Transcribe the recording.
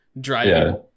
driving